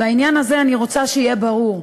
בעניין הזה אני רוצה שיהיה ברור: